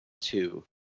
Two